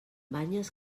banyes